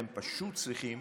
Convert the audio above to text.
אתם פשוט צריכים